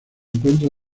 encuentra